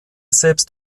selbst